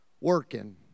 working